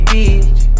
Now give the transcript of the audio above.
Beach